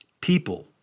People